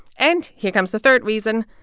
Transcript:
and here comes the third reason.